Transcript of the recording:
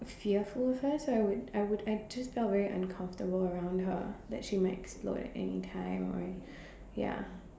fearful of her so I would I would I just felt very uncomfortable around her that she might explode at anytime or ya